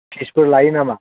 फिसफोर लायो नामा